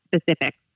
specifics